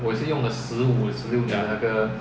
ya